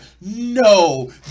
no